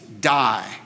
die